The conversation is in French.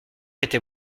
était